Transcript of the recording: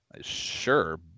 sure